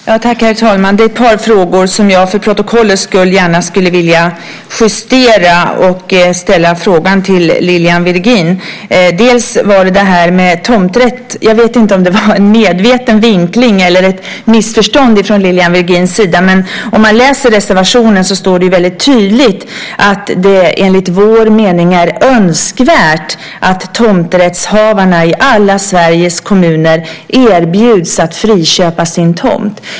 Herr talman! Det finns ett par frågor som jag gärna skulle vilja justera för protokollets skull. Det gäller bland annat tomträtt. Jag vet inte om det var en medveten vinkling eller ett missförstånd från Lilian Virgins sida, men om man läser reservationen står det väldigt tydligt att det enligt vår mening är önskvärt att tomträttshavarna i alla Sveriges kommuner erbjuds att friköpa sin tomt.